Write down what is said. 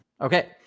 Okay